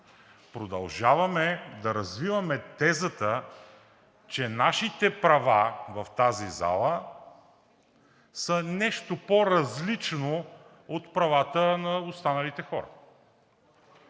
Продължаваме да развиваме тезата, че нашите права в тази зала са нещо по-различно от правата на останалите хора.